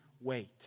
wait